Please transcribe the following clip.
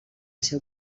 seu